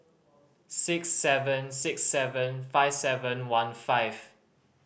six seven six seven five seven one five